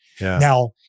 Now